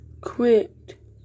quit